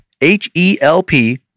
H-E-L-P